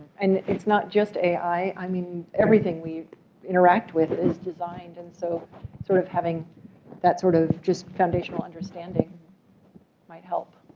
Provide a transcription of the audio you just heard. and it's not just ai. i mean everything we interact with is designed. and so sort of having that sort of just foundational understanding might help.